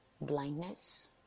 Blindness